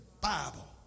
Bible